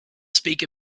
speak